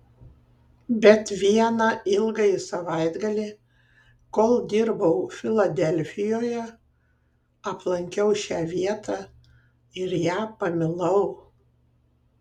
bet vieną ilgąjį savaitgalį kol dirbau filadelfijoje aplankiau šią vietą ir ją pamilau